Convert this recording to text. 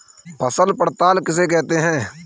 फसल पड़ताल किसे कहते हैं?